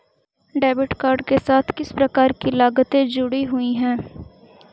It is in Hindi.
डेबिट कार्ड के साथ किस प्रकार की लागतें जुड़ी हुई हैं?